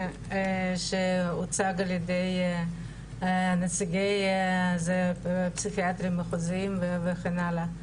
שהוצג על ידי נציגי הפסיכיאטרים המחוזיים וכן הלאה.